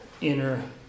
inner